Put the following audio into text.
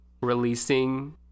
releasing